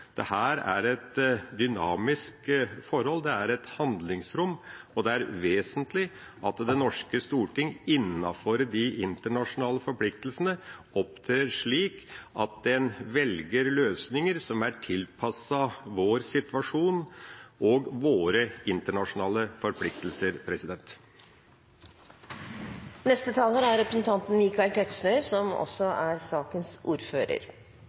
er et dynamisk forhold, det er et handlingsrom, og det er vesentlig at Det norske storting innenfor de internasjonale forpliktelsene opptrer slik at en velger løsninger som er tilpasset vår situasjon og våre internasjonale forpliktelser. Vi er på slutten av debatten, så jeg skal være kort. Det er